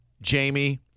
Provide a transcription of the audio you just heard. Jamie